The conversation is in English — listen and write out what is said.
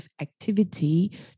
activity